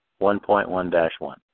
1.1-1